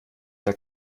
der